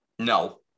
No